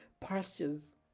pastures